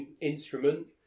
instrument